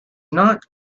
not